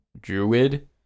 Druid